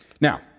Now